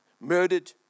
murdered